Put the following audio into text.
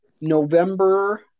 November